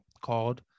called